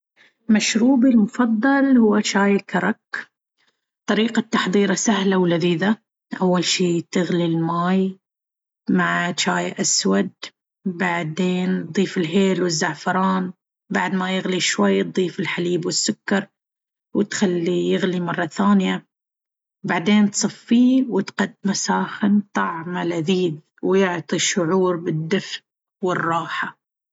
مشروبي المفضل هو شاي الكرك. طريقة تحضيره سهلة ولذيذة. أول شيء، تغلي الماي مع جاي أسود، بعدين تضيف الهيل والزعفران. بعد ما يغلي شوي، تضيف الحليب والسكر وتخليه يغلي مرة ثانية. بعدين تصفيه وتقدمه ساخن. طعمه لذيذ ويعطي شعور بالدفء والراحة.